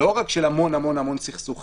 לא רק של המון המון המון סכסוכים.